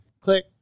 Click